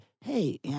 hey